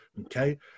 okay